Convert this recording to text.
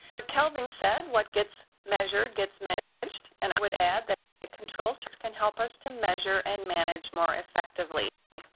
kelvin said, what gets measured gets managed, and i would add that control charts can help us to measure and manage more effectively.